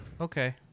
okay